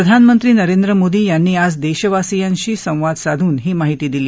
प्रधानमंत्री नरेंद्र मोदी यांनी आज देशवासिंयाशी संवाद साधून ही माहिती दिली